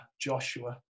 joshua